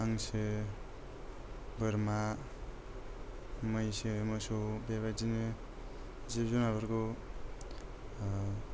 हांसो बोरमा मैसो मोसौ बेबादिनो जिब जुनारफोरखौ